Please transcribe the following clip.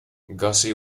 gussie